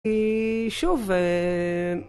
אה... שוב אה...